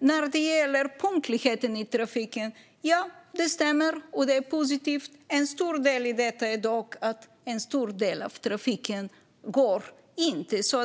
var det frågan om punktligheten i trafiken. Ja, det stämmer, och det är positivt. Men en stor del av trafiken går inte.